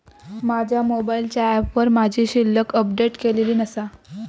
माझ्या मोबाईलच्या ऍपवर माझी शिल्लक अपडेट केलेली नसा